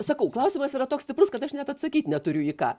sakau klausimas yra toks stiprus kad aš net atsakyt neturiu į ką